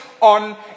on